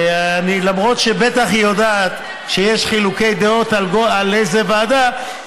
למרות שבטח היא יודעת שכשיש חילוקי דעות לאיזו ועדה,